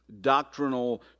doctrinal